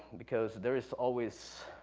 because there is always,